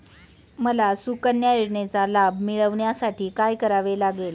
मला सुकन्या योजनेचा लाभ मिळवण्यासाठी काय करावे लागेल?